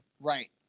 Right